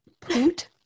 Poot